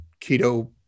keto